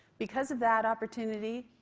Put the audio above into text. because of that opportunity,